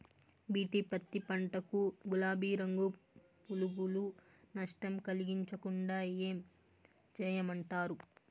BT పత్తి పంట కు, గులాబీ రంగు పులుగులు నష్టం కలిగించకుండా ఏం చేయమంటారు?